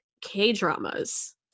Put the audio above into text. k-dramas